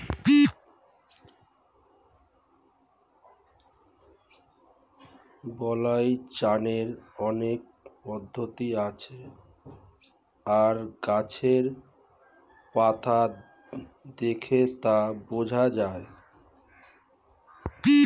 বালাই চেনার অনেক পদ্ধতি আছে আর গাছের পাতা দেখে তা বোঝা যায়